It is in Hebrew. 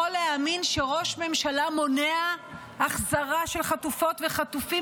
להאמין שראש ממשלה מונע החזרה של חטופות וחטופים,